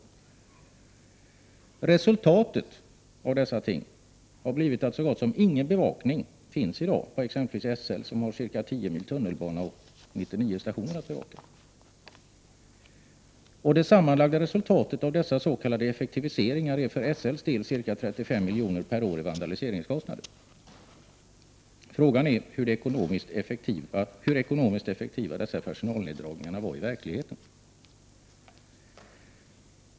Resultatet av dessa ting har blivit att så gott som ingen bevakning i dag finns på t.ex. SL, som har ca 10 mil tunnelbana och 99 stationer att bevaka. Det sammanlagda resultatet av dessa s.k. effektiviseringar är för SL:s del ca 35 miljoner per år i kostnader på grund av vandaliseringen. Frågan är då hur ekonomiskt effektiva dessa personalneddragningar har varit i verkligheten.